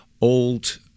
old